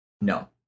No